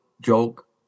joke